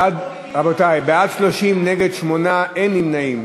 רבותי, בעד, 30, נגד, 8, אין נמנעים.